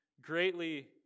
greatly